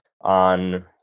on